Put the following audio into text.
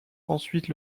ensuite